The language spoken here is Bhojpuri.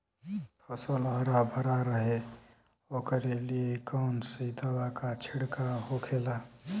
फसल हरा भरा रहे वोकरे लिए कौन सी दवा का छिड़काव होखेला?